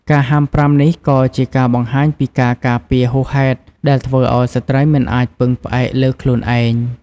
ការហាមប្រាមនេះក៏ជាការបង្ហាញពីការការពារហួសហេតុដែលធ្វើឱ្យស្ត្រីមិនអាចពឹងផ្អែកលើខ្លួនឯង។